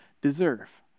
deserve